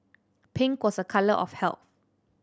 pink was a colour of health